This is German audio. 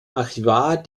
archivar